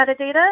metadata